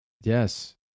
yes